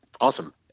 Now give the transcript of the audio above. awesome